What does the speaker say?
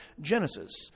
Genesis